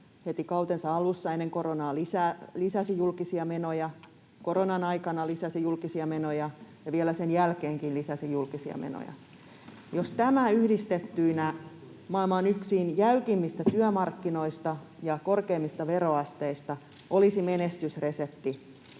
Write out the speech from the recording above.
heti kautensa alussa? Ennen koronaa se lisäsi julkisia menoja, koronan aikana lisäsi julkisia menoja ja vielä sen jälkeenkin lisäsi julkisia menoja. Jos tämä yhdistettynä yhteen maailman jäykimmistä työmarkkinoista ja korkeimmista veroasteista olisi menestysresepti,